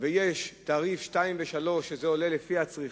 ויש תעריף שני ושלישי, וזה עולה לפי הצריכה,